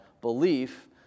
belief